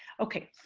okay.